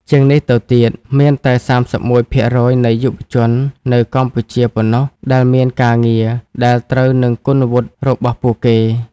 ជាងនេះទៅទៀត មានតែ ៣១ ភាគរយនៃយុវជននៅកម្ពុជាប៉ុណ្ណោះដែលមានការងារដែលត្រូវនឹងគុណវុឌ្ឍិរបស់ពួកគេ។